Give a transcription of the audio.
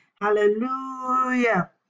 Hallelujah